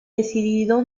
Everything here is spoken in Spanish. decidido